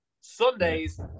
Sunday's